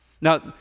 Now